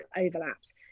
overlaps